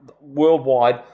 worldwide